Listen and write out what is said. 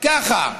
ככה.